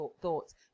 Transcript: thoughts